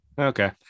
okay